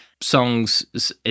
songs